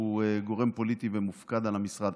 שהוא גורם פוליטי ומופקד על המשרד.